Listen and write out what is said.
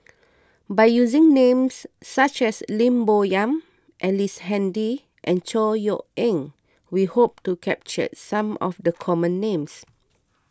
by using names such as Lim Bo Yam Ellice Handy and Chor Yeok Eng we hope to capture some of the common names